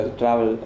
travel